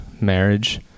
marriage